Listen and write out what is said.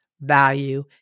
value